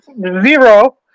Zero